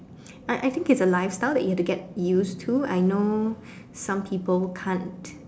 I I think it's a lifestyle that you have to get used to I know some people can't